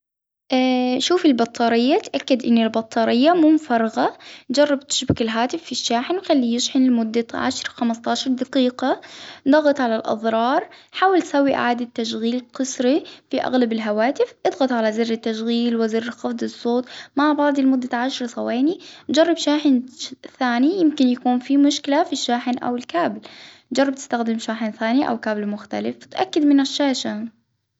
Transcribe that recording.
اه شوفي البطارية تأكد أن البطارية مو مفرغة، جرب تشبك الهاتف في الشاحن خليه يشحن لمدة عشر خمسة عشر دقيقة، ضغط على الأزرار، حاول تسوي إعادة تشغيل قصري، بأغلب الهواتف، إضغط على زر التشغيل وزر الصوت مع بعض لمدة عشر ثواني، جرب شاحن ثاني يمكن يكون في مشكلة في الشاحن أو الكابل، جرب تستخدم شاحن ثاني أو كابل مختلف تتأكد من الشاشة.